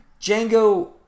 Django